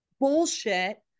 bullshit